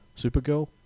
Supergirl